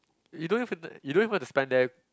you don't have to you don't even have to spend there